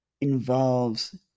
involves